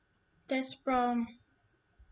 test prompt